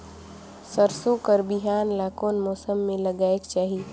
सरसो कर बिहान ला कोन मौसम मे लगायेक चाही?